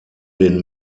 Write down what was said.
den